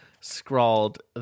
scrawled